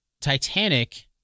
Titanic